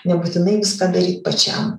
nebūtinai viską daryt pačiam